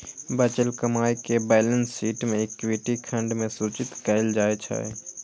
बचल कमाइ कें बैलेंस शीट मे इक्विटी खंड मे सूचित कैल जाइ छै